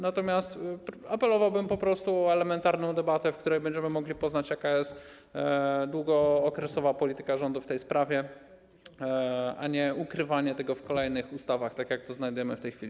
Natomiast apelowałbym po prostu o elementarną debatę, w której będziemy mogli poznać, jaka jest długookresowa polityka rządu w tej sprawie, i nieukrywanie niczego w kolejnych ustawach, tak jak to się dzieje w tej chwili.